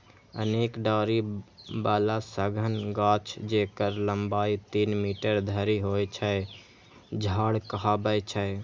अनेक डारि बला सघन गाछ, जेकर लंबाइ तीन मीटर धरि होइ छै, झाड़ कहाबै छै